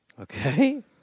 Okay